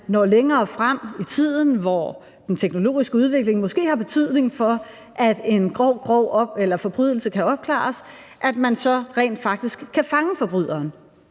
når længere frem i tiden, hvor den teknologiske udvikling måske har betydning for, at en grov, grov forbrydelse kan opklares, så rent faktisk kan fange forbryderen,